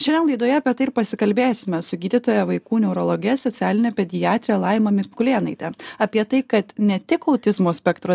šiandien laidoje apie tai ir pasikalbėsime su gydytoja vaikų neurologe socialinė pediatrė laima mikulėnaitė apie tai kad ne tik autizmo spektro